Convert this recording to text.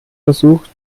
versucht